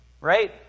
right